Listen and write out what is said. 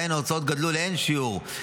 שבה ההוצאות גדלו לאין שיעור,